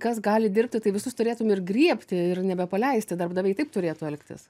kas gali dirbti tai visus turėtum ir griebti ir nebepaleisti darbdaviai taip turėtų elgtis